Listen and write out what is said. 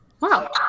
wow